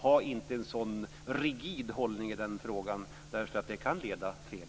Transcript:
Ha inte en så rigid hållning i den frågan. Det kan också leda fel.